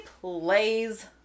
plays